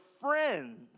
friends